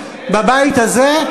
בבית הזה,